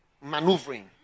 maneuvering